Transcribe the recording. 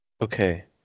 okay